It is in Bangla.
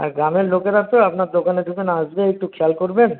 আর গ্রামের লোকেরা তো আপনার দোকানে যখন আসবে একটু খেয়াল করবেন